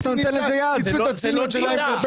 לא לבריאות של הילדים שלי.